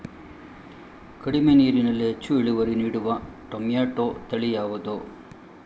ಕಡಿಮೆ ನೀರಿನಲ್ಲಿ ಹೆಚ್ಚು ಇಳುವರಿ ನೀಡುವ ಟೊಮ್ಯಾಟೋ ತಳಿ ಯಾವುದು?